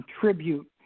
contribute